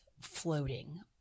floating